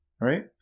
right